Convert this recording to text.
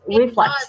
reflex